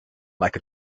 like